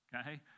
okay